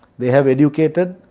they have educated,